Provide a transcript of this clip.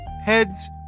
Heads